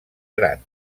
gran